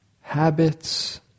habits